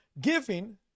Giving